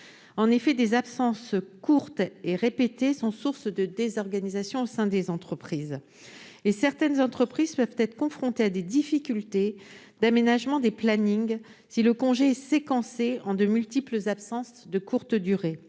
En effet, des absences courtes et répétées sont source de désorganisation au sein des entreprises. Certaines entreprises pourraient être confrontées à des difficultés d'aménagement des plannings si le congé était séquencé en de multiples absences de courte durée.